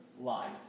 life